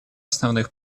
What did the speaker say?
основных